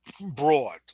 broad